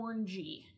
orangey